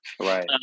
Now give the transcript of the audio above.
right